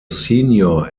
senior